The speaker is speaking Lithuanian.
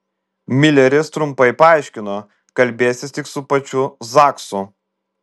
mileris trumpai paaiškino kalbėsis tik su pačiu zaksu